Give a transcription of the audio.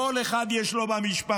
לכל אחד יש במשפחה,